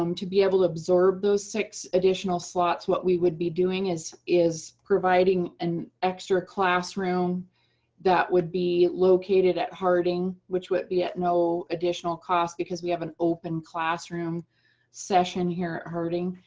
um to be able to absorb those six additional slots, what we would be doing is is providing an extra classroom that would be located at harding, which would be at no additional cost because we have an open classroom session here at harding.